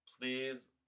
please